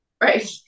right